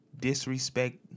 disrespect